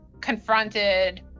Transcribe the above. confronted